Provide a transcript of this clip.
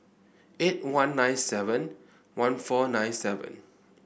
eight one nine seven one four nine seven